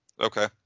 Okay